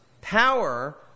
power